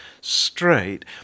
straight